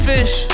Fish